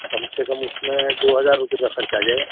کم سے کم اِس میں دو ہزار روپے کا خرچہ آجائے گا